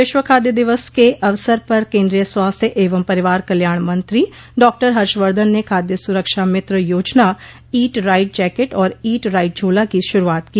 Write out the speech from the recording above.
विश्व खाद्य दिवस के अवसर पर केंद्रीय स्वास्थ्य एव परिवार कल्याण मंत्री डॉक्टर हर्षवर्धन ने खाद्य स्रक्षा मित्र योजना ईट राइट जैकेट और ईट राइट झोला की शुरुआत की